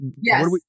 Yes